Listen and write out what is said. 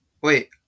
Wait